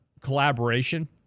collaboration